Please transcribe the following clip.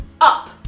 up